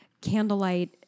candlelight